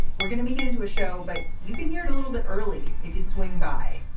we're gonna make it into a show but you can hear it a little bit early if you swing by.